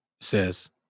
says